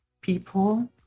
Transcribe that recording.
people